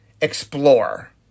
explore